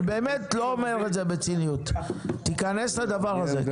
אני באמת לא אומר את זה בציניות, תיכנס לדבר הזה.